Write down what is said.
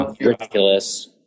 ridiculous